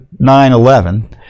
9-11